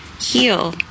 heal